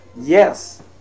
Yes